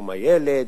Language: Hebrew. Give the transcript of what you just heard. יום הילד,